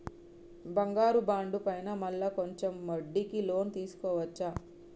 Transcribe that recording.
బంగారు బాండు పైన మళ్ళా కొంచెం వడ్డీకి లోన్ తీసుకోవచ్చా?